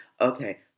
okay